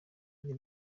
muri